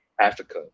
Africa